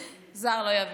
זר לא יבין.